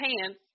pants